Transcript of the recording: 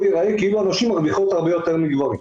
ייראה כאילו הנשים מרוויחות הרבה יותר מגברים.